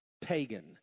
pagan